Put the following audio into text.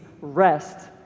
rest